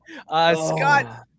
Scott